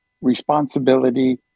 responsibility